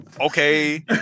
Okay